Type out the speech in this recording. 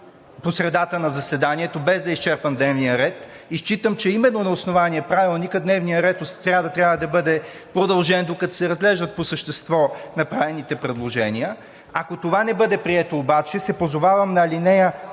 по средата, без да е изчерпан дневният ред. Считам, че именно на основания на Правилника дневният ред от сряда трябва да бъде продължен, докато се разглеждат по същество направените предложения. Ако това не бъде прието обаче, се позовавам на ал.